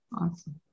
Awesome